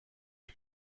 que